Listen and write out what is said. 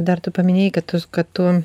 dar tu paminėjai kad tu kad tu